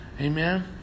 Amen